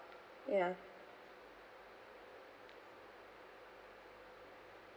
ya